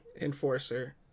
Enforcer